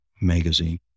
magazine